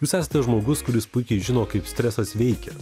jūs esate žmogus kuris puikiai žino kaip stresas veikia